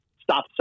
stop